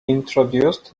introduced